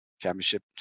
championship